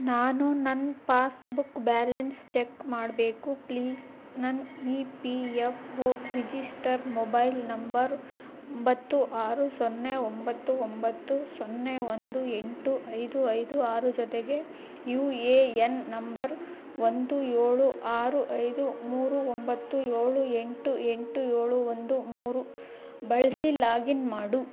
ನಾನು ನನ್ನ passbook balance check ಮಾಡಬೇಕು ಪ್ಲೀಸ್ ನನ್ E P F O register mobile number ಒಂಬತ್ತು ಆರು ಸೊನ್ನೆ ಒಂಬತ್ತು ಒಂಬತ್ತು ಸೊನ್ನೆ ಒಂದು ಎಂಟು ಐದು ಐದು ಆರು ಜೊತೆಗೆ ಯು ಎ ಎನ್ ನಂಬರ್ ಒಂದು ಏಳು ಆರು ಐದು ಮೂರು ಒಂಬತ್ತು ಏಳು ಎಂಟು ಎಂಟು ಏಳು ಒಂದು ಮೂರು ಬಳಸಿ ಲಾಗಿನ್ ಮಾಡು